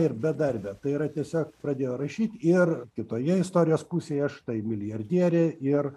ir bedarbė tai yra tiesiog pradėjo rašyt ir kitoje istorijos pusėje štai milijardierė ir